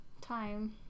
time